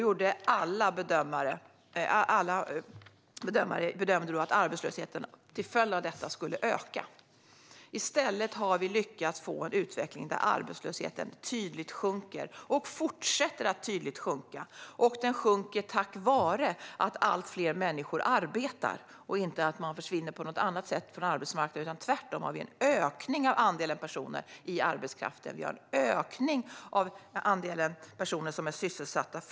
Alla bedömde att arbetslösheten skulle öka till följd av detta. I stället har vi lyckats få en utveckling där arbetslösheten tydligt sjunker och fortsätter att tydligt sjunka. Den sjunker tack vare att allt fler människor arbetar, inte på grund av att de försvinner från arbetsmarknaden av andra skäl. Tvärtom har vi en ökning från en redan rekordhög nivå av andelen personer i arbetskraften och personer som är sysselsatta.